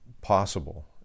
possible